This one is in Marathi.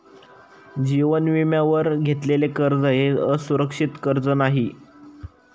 जीवन विम्यावर घेतलेले कर्ज हे असुरक्षित कर्ज नाही